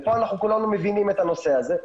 פה אנחנו כולנו מבינים את הנושא הזה,